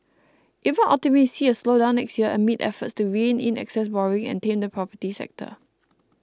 even optimists see a slowdown next year amid efforts to rein in excess borrowing and tame the property sector